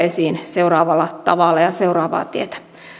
esiin seuraavalla tavalla ja seuraavaa tietä